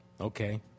Okay